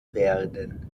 werden